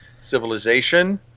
Civilization